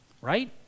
right